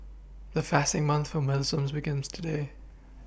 the fasting month for Muslims begins today